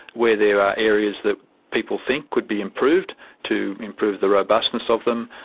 where there are areas that people think could be improved to improve the robustness of them,